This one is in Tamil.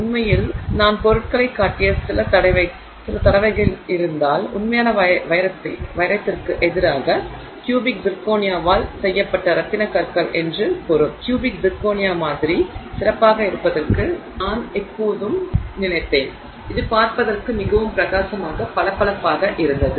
உண்மையில் நான் பொருட்களைக் காட்டிய சில தடவைகள் இருந்தால் உண்மையான வைரத்திற்கு எதிராக க்யூபிக் சிர்கோனியாவால் செய்யப்பட்ட ரத்தினக் கற்கள் என்று பொருள் க்யூபிக் சிர்கோனியா மாதிரி சிறப்பாக இருப்பதாக நான் எப்போதும் நினைத்தேன் இது பார்ப்பதற்கு மிகவும் பிரகாசமாக பளபளப்பாக இருந்தது